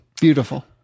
Beautiful